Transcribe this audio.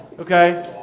Okay